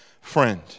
friend